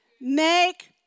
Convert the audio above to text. Make